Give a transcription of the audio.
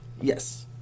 Yes